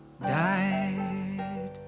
died